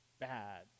bad